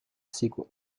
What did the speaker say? sequel